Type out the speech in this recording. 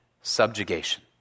subjugation